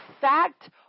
fact